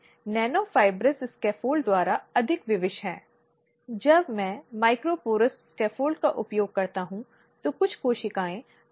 यह सब अधिनियम के तहत अनुज्ञेय नहीं है लेकिन यदि यह केवल स्वेच्छा से अनुमति है तो केवल इसको अपनाया जाना चाहिए और उसके बाद पक्षों के बीच मामला सुलझना चाहिए